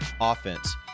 offense